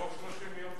תוך 30 יום,